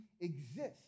exist